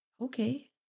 okay